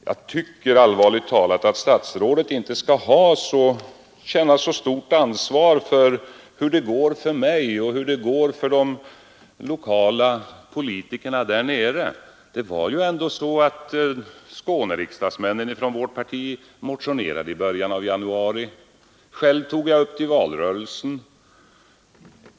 Jag tycker allvarligt talat att statsrådet inte skall känna så stort ansvar för hur det går för mig och för våra lokala politiker där nere. Skåneriksdagsmännen från vårt parti motionerade i början av januari och själv tog jag upp frågan i valrörelsen.